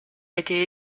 été